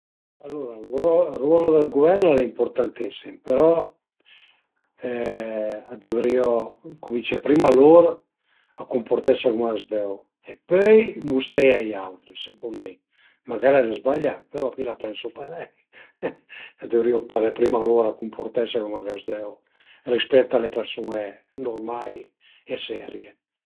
Alura ël ruolo dël guver n al e impurtantissim però a dëvrìo cumincé prima lur a cumpurtese cum a s'deu e pöi musteie a i autri secund mi, magara al e zbaglià però mi la pensu parei a dëvrìu ëmparé prima lur a cunpurtese cum a s'deu rispèt a le persun-e nurmai e serie